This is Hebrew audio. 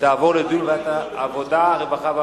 ותעבור לדיון בוועדת העבודה, הרווחה והבריאות.